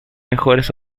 mejores